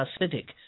acidic